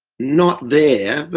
not there but,